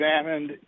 examined